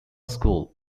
school